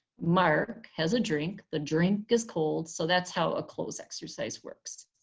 mark has a drink, the drink is cold. so that's how ah cloze exercise works.